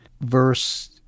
verse